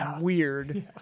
weird